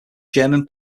german